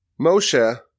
Moshe